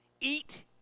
eat